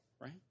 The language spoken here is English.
right